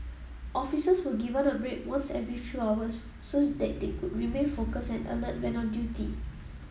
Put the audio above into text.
officers were given a break once every few hours so that they could remain focused and alert when on duty